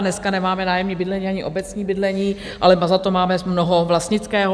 Dneska nemáme nájemní bydlení, ani obecní bydlení, ale zato máme mnoho vlastnického.